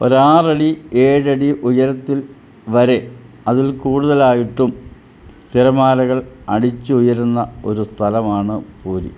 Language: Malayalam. ഒരു ആറ് അടി ഏഴ് അടി ഉയരത്തിൽ വരെ അതിൽ കൂടുതലായിട്ടും തിരമാലകൾ അടിച്ചുയരുന്ന ഒരു സ്ഥലമാണ് പൂരി